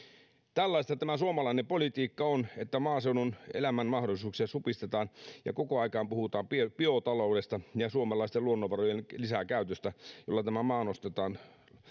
tällaista tämä suomalainen politiikka on että maaseudun elämän mahdollisuuksia supistetaan koko aikahan puhutaan biotaloudesta ja suomalaisten luonnonvarojen lisäkäytöstä jolla tämä maa nostetaan